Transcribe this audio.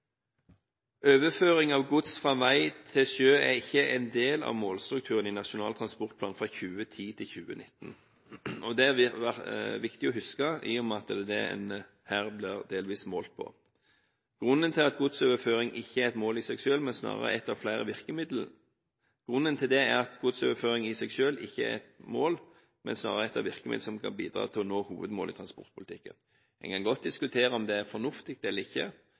Overføring av gods fra vei til sjø er ikke en del av målstrukturen i Nasjonal transportplan 2010–2019, og det er viktig å huske, i og med at det er dette en delvis blir målt på. Grunnen til det er at godsoverføring ikke er et mål i seg selv, men snarere ett av flere virkemidler som kan bidra til å nå hovedmål i transportpolitikken. En kan godt diskutere om det er fornuftig eller ikke, men det er altså det som er utgangspunktet i Nasjonal transportplan 2010–2019. Vi kan diskutere om det